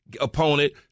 opponent